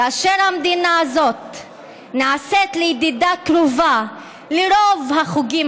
כאשר המדינה הזאת נעשית לידידה קרובה לרוב החוגים